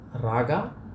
raga